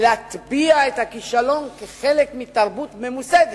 ולהטביע את הכישלון כחלק מתרבות ממוסדת.